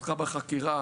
פתחה בחקירה,